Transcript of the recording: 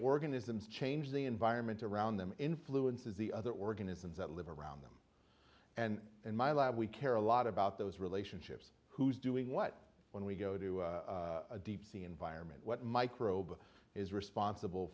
organisms change the environment around them influences the other organisms that live around them and in my lab we care a lot about those relationships who's doing what when we go to a deep sea environment what microbe is responsible